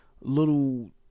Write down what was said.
little